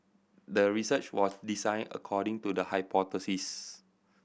the research was designed according to the hypothesis